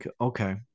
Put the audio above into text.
Okay